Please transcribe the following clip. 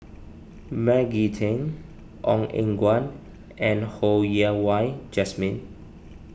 Maggie Teng Ong Eng Guan and Ho Yen Wah Jesmine